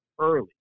early